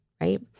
right